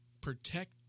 protect